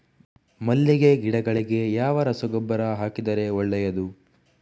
ಮಲ್ಲಿಗೆ ಗಿಡಗಳಿಗೆ ಯಾವ ರಸಗೊಬ್ಬರ ಹಾಕಿದರೆ ಒಳ್ಳೆಯದು?